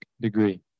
degree